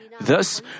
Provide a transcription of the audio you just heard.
Thus